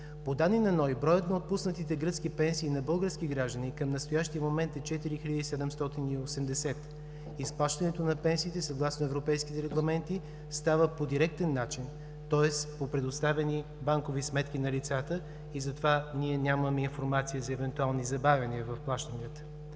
По данни на НОИ броят на отпуснатите гръцки пенсии на български граждани към настоящия момент е 4780. Изплащането на пенсиите, съгласно европейските регламенти става по директен начин, тоест по предоставени банкови сметки на лицата, и затова ние нямаме информация за евентуални забавяния в плащанията.